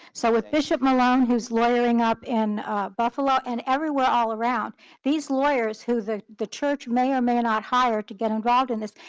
so, with bishop milan who's lawyering up in buffalo, and everywhere, all around these lawyers who the the church may or may not hire to get involved in this,